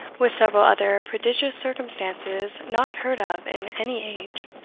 with several other prodigious circumstances not heard of in any age,